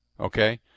okay